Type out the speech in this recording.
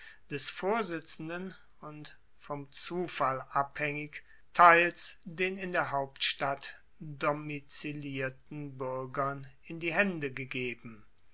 des vorsitzenden und vom zufall abhaengig teils den in der hauptstadt domizilierten buergern in die haende gegeben